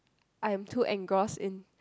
I'm too engrossed in